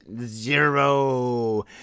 zero